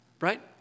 Right